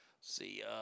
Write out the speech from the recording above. see